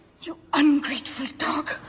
you ungrateful dog.